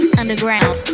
underground